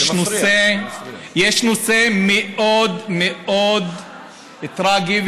יש נושא מאוד מאוד טרגי,